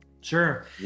Sure